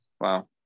Wow